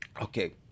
Okay